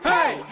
Hey